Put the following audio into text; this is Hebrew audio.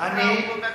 גם לא מהקואליציה.